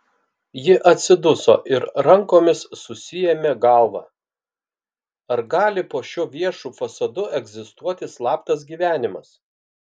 ji atsiduso ir rankomis susiėmė galvą ar gali po šiuo viešu fasadu egzistuoti slaptas gyvenimas